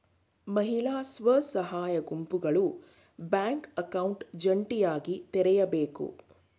ಮಹಿಳಾ ಸ್ವಸಹಾಯ ಗುಂಪುಗಳು ಬ್ಯಾಂಕ್ ಅಕೌಂಟ್ ಜಂಟಿಯಾಗಿ ತೆರೆಯಬೇಕು